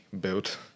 built